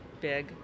big